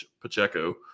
Pacheco